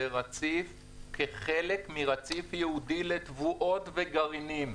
כחלק מרציף ייעודי לתבואות וגרעינים.